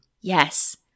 Yes